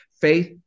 Faith